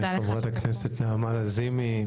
לחברת הכנסת נעמה לזימי.